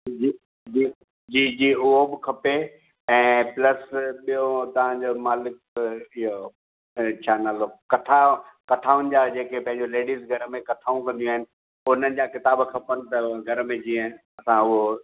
जी जी जी जी जी उहो बि खपे ऐं प्लस ॿियो तव्हांजो मालिक इहो छा अ नालो कथा कथाऊंनि जा जे के पहिरीं लेडीज़ घर में कथाऊं कंदियूं आहिनि उन्हनि जा किताब खपनि त घर में जीअं तव्हां उहो